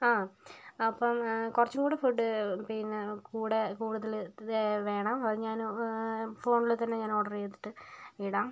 ആ അപ്പം കുറച്ചും കൂടി ഫുഡ് പിന്നെ കൂടെ കൂടുതൽ വേ വേണം അത് ഞാൻ ഫോണിൽ തന്നെ ഞാൻ ഓർഡർ ചെയ്തിട്ട് ഇടാം